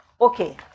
Okay